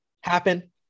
happen